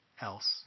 else